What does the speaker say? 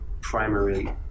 primary